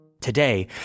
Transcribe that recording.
Today